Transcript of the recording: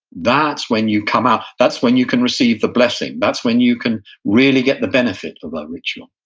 that's when you come out. that's when you can receive the blessing, that's when you can really get the benefit of a ritual.